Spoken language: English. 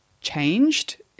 changed